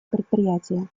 предприятия